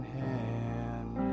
hand